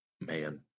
man